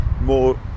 more